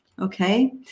okay